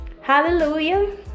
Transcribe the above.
Hallelujah